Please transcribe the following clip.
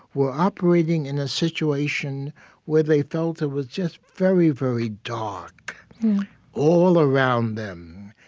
were operating in a situation where they felt it was just very, very dark all around them.